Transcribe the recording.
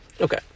Okay